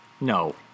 No